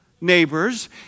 neighbors